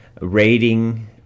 rating